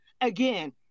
Again